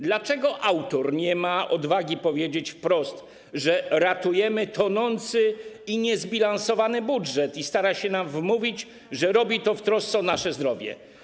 Dlaczego autor nie ma odwagi powiedzieć wprost, że ratujemy tonący i niezbilansowany budżet, i stara się nam wmówić, że robi to w trosce o nasze zdrowie?